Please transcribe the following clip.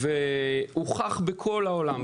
הוכח בכל העולם,